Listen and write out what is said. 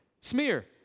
Smear